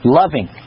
loving